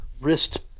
wrist